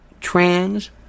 trans